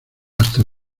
hasta